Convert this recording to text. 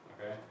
Okay